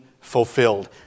fulfilled